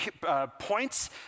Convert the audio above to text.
points